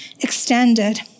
extended